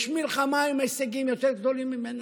יש מלחמה עם הישגים יותר גדולים ממנה?